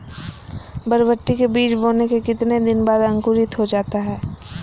बरबटी के बीज बोने के कितने दिन बाद अंकुरित हो जाता है?